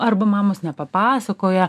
arba mamos nepapasakoja